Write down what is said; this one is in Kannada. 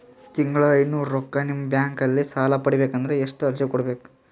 ತಿಂಗಳ ಐನೂರು ರೊಕ್ಕ ನಿಮ್ಮ ಬ್ಯಾಂಕ್ ಅಲ್ಲಿ ಸಾಲ ಪಡಿಬೇಕಂದರ ಎಲ್ಲ ಅರ್ಜಿ ಕೊಡಬೇಕು?